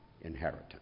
inheritance